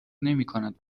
نمیکند